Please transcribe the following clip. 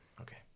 okay